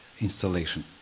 installation